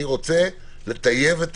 אני רוצה לטייב את